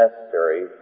necessary